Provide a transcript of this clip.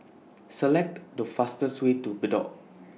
Select The fastest Way to Bedok